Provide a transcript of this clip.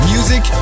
Music